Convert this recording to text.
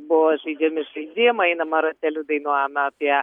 buvo žaidžiami žaidimai einama rateliu dainuojama apie